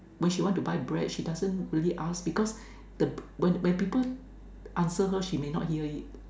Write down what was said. when she want to buy bread she doesn't really ask because the when when people answer her she may not hear it